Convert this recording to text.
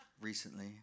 recently